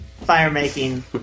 fire-making